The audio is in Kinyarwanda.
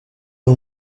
uwo